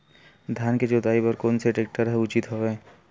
धान के जोताई बर कोन से टेक्टर ह उचित हवय?